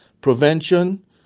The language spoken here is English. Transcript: Prevention